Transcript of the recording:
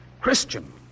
Christian